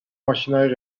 ماشینای